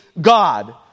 God